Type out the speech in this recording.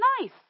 nice